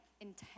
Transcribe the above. intense